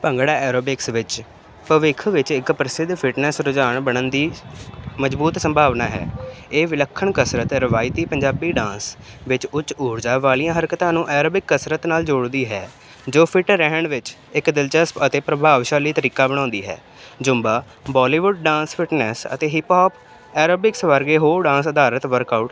bhangra aerobics ਵਿੱਚ ਭਵਿੱਖ ਵਿੱਚ ਇੱਕ ਪ੍ਰਸਿੱਧ ਫਿਟਨੈਸ ਰੁਝਾਨ ਬਣਨ ਦੀ ਮਜ਼ਬੂਤ ਸੰਭਾਵਨਾ ਹੈ ਇਹ ਵਿਲੱਖਣ ਕਸਰਤ ਹੈ ਰਵਾਇਤੀ ਪੰਜਾਬੀ ਡਾਂਸ ਵਿੱਚ ਉੱਚ ਊਰਜਾ ਵਾਲੀਆਂ ਹਰਕਤਾਂ ਨੂੰ ਐਰਬਿਕ ਕਸਰਤ ਨਾਲ ਜੋੜਦੀ ਹੈ ਜੋ ਫਿਟ ਰਹਿਣ ਵਿੱਚ ਇੱਕ ਦਿਲਚਸਪ ਅਤੇ ਪ੍ਰਭਾਵਸ਼ਾਲੀ ਤਰੀਕਾ ਬਣਾਉਂਦੀ ਹੈ ਜੁੰਬਾ ਬੋਲੀਵੁੱਡ ਡਾਂਸ ਫਿਟਨੈਸ ਅਤੇ ਹਿਪਹੋਪ ਐਰੋਬਿਕਸ ਵਰਗੇ ਹੋਰ ਡਾਂਸ ਅਧਾਰਿਤ ਵਰਕ ਆਊਟ